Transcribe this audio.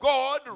God